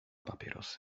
papierosy